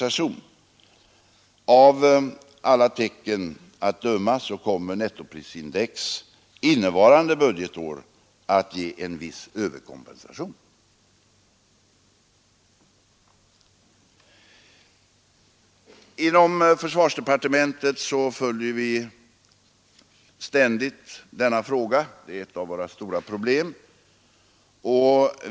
Av alla tecken att döma kommer nettoprisindex innevarande budgetår att ge en viss överkompensation. Inom försvarsdepartementet följer vi ständigt denna fråga; den är ett av våra stora problem.